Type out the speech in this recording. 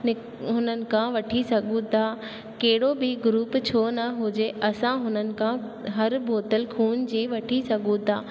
नि हुननि खां वठी सघूं था कहिड़ो बि ग्रूप छो न हुजे असां हुननि खां हर बोतल ख़ून जी वठी सघूं था